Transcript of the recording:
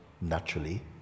naturally